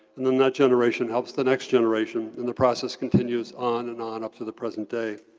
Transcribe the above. and then that generation helps the next generation. and the process continues on and on up to the present day.